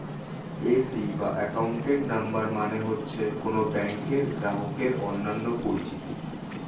AC বা account number মানে হচ্ছে কোন ব্যাংকের গ্রাহকের অন্যান্য পরিচিতি